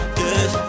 good